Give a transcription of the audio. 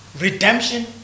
Redemption